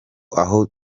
aho